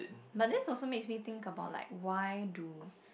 but that's also makes me think about like why do